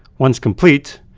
once complete,